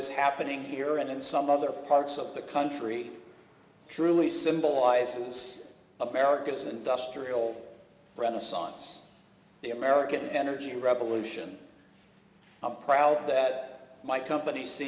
is happening here and in some other parts of the country truly symbolizes america's industrial renaissance the american energy revolution i'm proud that my company s